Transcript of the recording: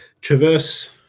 traverse